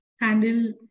handle